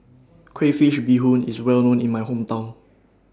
Crayfish Beehoon IS Well known in My Hometown